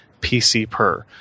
PCPer